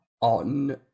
on